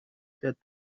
that